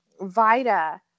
Vita